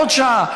עוד שעה.